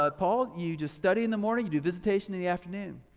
ah paul, you just study in the morning, you do visitation in the afternoon,